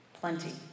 plenty